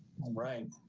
right.